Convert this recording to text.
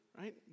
right